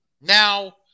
Now